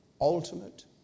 ultimate